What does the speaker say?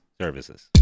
Services